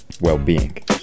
well-being